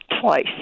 twice